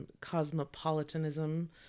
cosmopolitanism